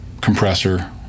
compressor